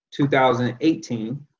2018